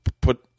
put